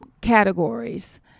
categories